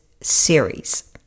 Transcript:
series